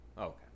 okay